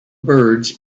birds